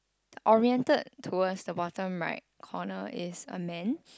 oriented towards the bottom right corner is a man